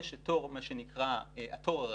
יש את מה שנקרא התור הרגיל,